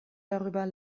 darüber